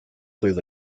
through